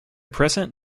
present